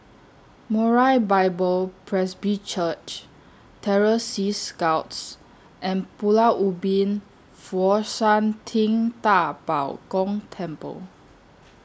Moriah Bible Presby Church Terror Sea Scouts and Pulau Ubin Fo Shan Ting DA Bo Gong Temple